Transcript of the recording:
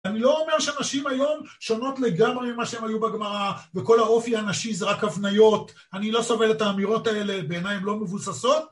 אני לא אומר שנשים היום שונות לגמרי ממה שהם היו בגמרא, וכל האופי הנשי זה רק הבניות. אני לא סובל את האמירות האלה, בעיניי הן לא מבוססות.